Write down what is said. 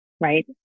right